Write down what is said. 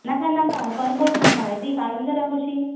नाका नाका करमट नाका दी काळूंदरां कशीं